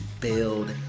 build